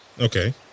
Okay